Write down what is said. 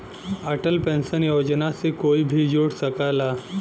Atal pension योजना से कोई भी जुड़ सकला